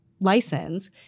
license